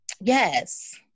Yes